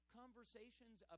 conversations